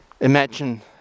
imagine